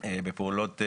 בפעולות,